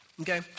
Okay